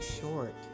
short